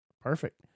perfect